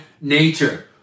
nature